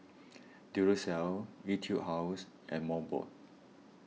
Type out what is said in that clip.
Duracell Etude House and Mobot